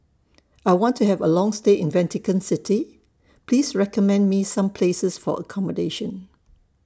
I want to Have A Long stay in Vatican City Please recommend Me Some Places For accommodation